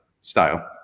style